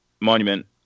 Monument